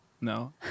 No